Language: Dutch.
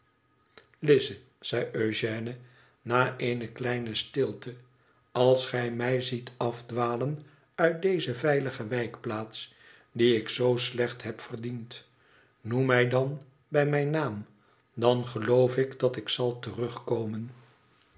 zei eugène na eene kleine stilte als gij mij ziet afdwalen uit deze veilige wijkplaats die ik zoo slecht heb verdiend noem mij dan bij mijn naam dan geloof ik dat ik zal terugkomen